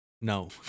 No